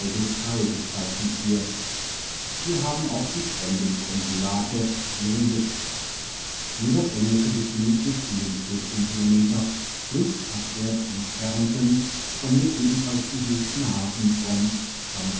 bezeichnet wird hier haben auch die fremden konsulate ihren sitz nur das engliche befindet sich in dem kilometer flußabwärts entfernten von mir ebenfalls besuchten hafen von